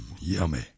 yummy